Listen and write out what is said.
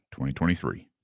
2023